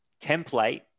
template